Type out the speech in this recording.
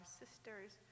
sisters